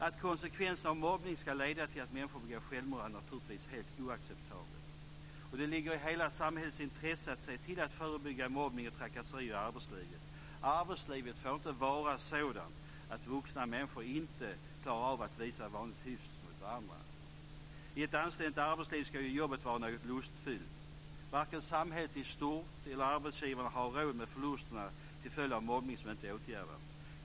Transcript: Att konsekvensen av mobbning ska leda till att människor begår självmord är naturligtvis helt oacceptabelt. Det ligger i hela samhällets intresse att se till att förebygga mobbning och trakasserier i arbetslivet. Arbetslivet får inte vara sådant att vuxna människor inte klarar av att visa vanlig hyfs mot varandra. I ett anständigt arbetsliv ska ju jobbet vara något lustfyllt. Varken samhället i stort eller arbetsgivarna har råd med förlusterna till följd av mobbning som inte åtgärdas.